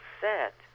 set